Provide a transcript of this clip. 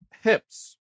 hips